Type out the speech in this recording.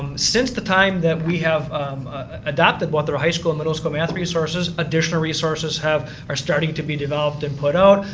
since the time that we have adopted what the high school and middle school math resources, additional resources have or are starting to be developed and put out.